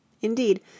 Indeed